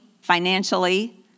financially